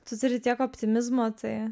tu turi tiek optimizmo tai